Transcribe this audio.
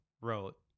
wrote